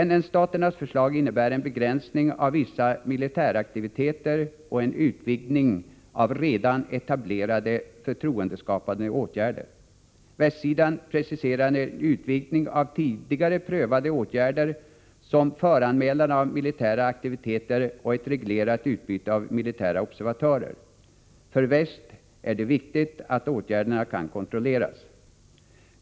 NN-staternas förslag innebär en begränsning av vissa militäraktiviteter och en utvidgning av redan etablerade förtroendeskapande åtgärder. Västsidan preciserar en utvidgning av tidigare prövade åtgärder, såsom föranmälan av militära aktiviteter och ett reglerat utbyte av militära observatörer. För väst är det viktigt att åtgärderna kan kontrolleras.